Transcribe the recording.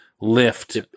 lift